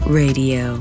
radio